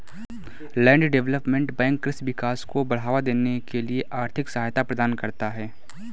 land development bank कृषि विकास को बढ़ावा देने के लिए आर्थिक सहायता प्रदान करता है